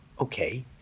okay